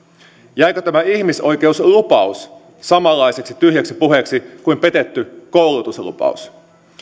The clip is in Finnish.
jäikö tämä ihmisoikeuslupaus samanlaiseksi tyhjäksi puheeksi kuin petetty koulutuslupaus